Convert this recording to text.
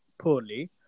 poorly